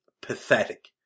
pathetic